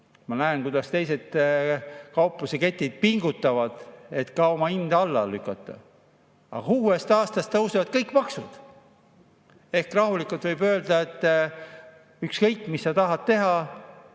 Ma näen, kuidas teised kaupluseketid pingutavad, et ka oma hinnad alla lükata, aga uuest aastast tõusevad kõik maksud. Ehk rahulikult võib öelda, et ükskõik mis sa teha tahad,